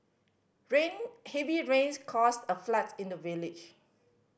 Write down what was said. rain heavy rains caused a flood in the village